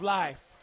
life